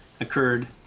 occurred